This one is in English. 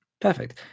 perfect